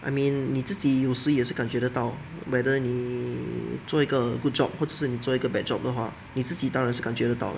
I mean 你自己有时也是感觉得到 whether 你做一个 good job 或者是你做一个 bad job 的话你自己当然是感觉得到